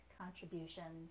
contribution